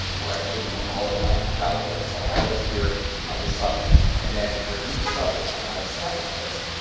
where i've hidden all of my valid lists. so i have a list here of the subjects, and then for each subject i have a second list,